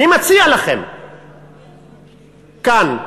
אני מציע לכם כאן,